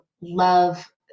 love